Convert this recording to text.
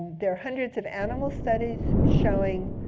there are hundreds of animal studies showing